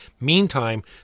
Meantime